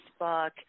Facebook